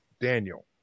Daniel